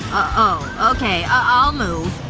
oh. okay. i'll move